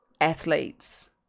athletes